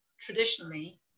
Traditionally